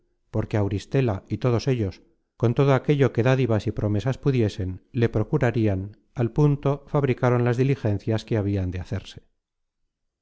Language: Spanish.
porque auristela y todos ellos con todo aquello que dádivas y promesas pudiesen le procurarian al punto fabricaron las diligencias que habian de hacerse